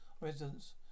residents